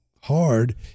hard